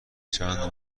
چند